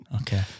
Okay